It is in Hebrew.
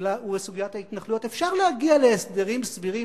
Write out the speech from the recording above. בסוגיית ההתנחלויות, אפשר להגיע להסדרים סבירים,